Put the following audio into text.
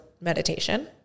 meditation